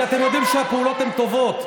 כי אתם יודעים שהפעולות הן טובות,